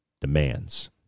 demands